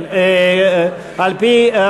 היושב-ראש, אתה שומע מה שהוא אומר?